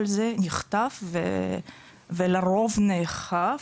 כל זה נכתב ולרוב נאכף.